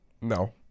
No